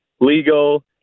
Legal